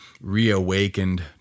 reawakened